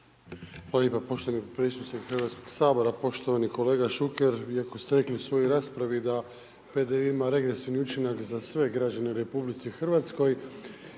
Hvala lijepo poštovani potpredsjedniče Hrvatskog sabora. Poštovani kolega Šuker, iako ste rekli u svojoj raspravi, da PDV ima regresivni učinak za sve građane u RH i da